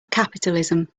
capitalism